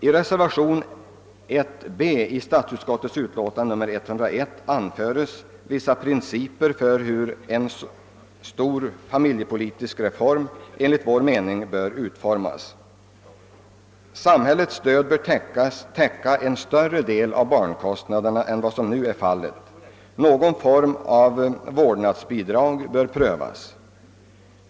I reservationen 1 b till statsutskottets utlåtande nr 101 anförs vissa principer för hur enligt vår mening en stor familjepolitisk reform bör utformas. Samhällets stöd bör täcka en större del av barnkostnaderna än vad som nu är fallet. Någon form av vårdnadsbidrag bör prövas.